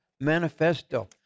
manifesto